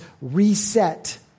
reset